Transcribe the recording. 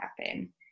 happen